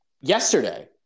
yesterday